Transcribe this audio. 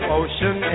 ocean